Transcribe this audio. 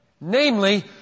Namely